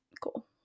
cool